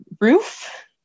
roof